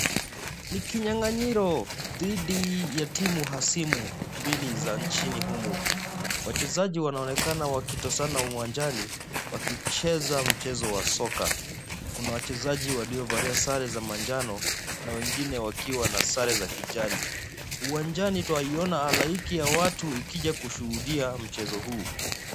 Ni kinyang'anyiro dhidi ya timu hasimu mbili za nchini humu. Wachezaji wanaonekana wakitosana uwanjani wakicheza mchezo wa soka. Kuna wachezaji waliovalia sare za manjano na wengine wakiwa na sare za kijani. Uwanjani twaiona halaiki ya watu ikija kushuhudia mchezo huu.